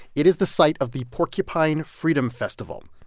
it is the site of the porcupine freedom festival.